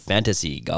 Fantasy